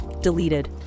deleted